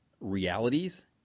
realities